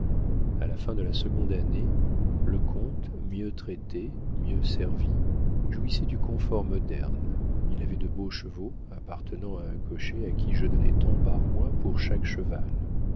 a la fin de la seconde année le comte mieux traité mieux servi jouissait du comfort moderne il avait de beaux chevaux appartenant à un cocher à qui je donnais tant par mois pour chaque cheval